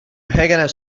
haganah